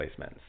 placements